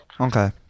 Okay